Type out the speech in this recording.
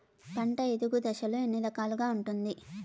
పంట ఎదుగు దశలు ఎన్ని రకాలుగా ఉంటుంది?